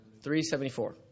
374